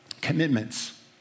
Commitments